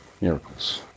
miracles